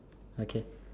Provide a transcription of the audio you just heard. okay